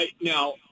Now